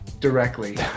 directly